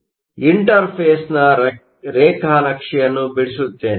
ಆದ್ದರಿಂದ ಇಂಟರ್ಫೇಸ್ನ ರೇಖಾನಕ್ಷೆಯನ್ನು ಬಿಡಿಸುತ್ತೆನೆ